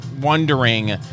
wondering